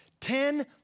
ten